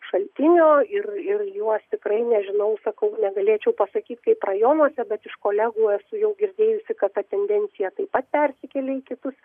šaltinio ir ir juos tikrai nežinau sakau negalėčiau pasakyt kaip rajonuose bet iš kolegų esu jau girdėjusi kad ta tendencija taip pat persikėlė į kitus